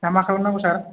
दा मा खालामनांगौ सार